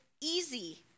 easy